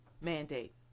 mandate